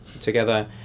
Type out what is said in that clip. together